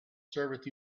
served